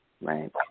Right